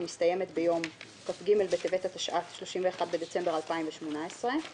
והמסתיימת ביום כ"ג בטבת התשע"ט (31 בדצמבר 2018);